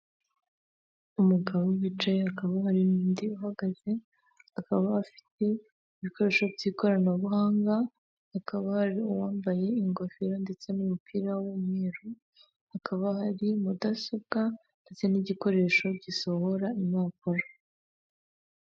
Umugabo wicaye hakaba hari n'undi uhagaze akaba afite ibikoresho by'ikoranabuhanga, hakaba hari uwambaye ingofero ndetse n'umupira w'umweru hakaba hari mudasobwa ndetse n'igikoresho gisohora impapuro.